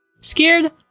Scared